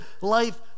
life